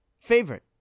favorite